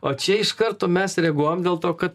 o čia iš karto mes reaguojam dėl to kad